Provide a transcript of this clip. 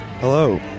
Hello